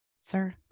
sir